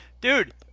dude